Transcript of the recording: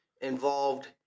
involved